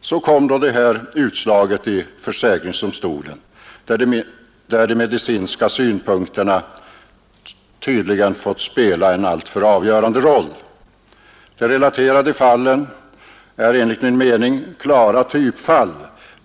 Så kom då det här utslaget i försäkringsdomstolen, där de medicinska synpunkterna tydligen fått spela en alltför avgörande roll. De relaterade fallen är enligt min mening klara typfall.